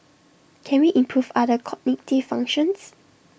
can we improve other cognitive functions